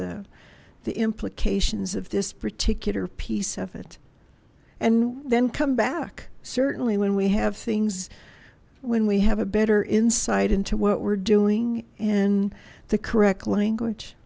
the the implications of this particular piece of it and then come back certainly when we have things when we have a better insight into what we're doing and the correct language